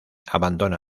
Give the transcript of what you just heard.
abandona